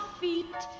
feet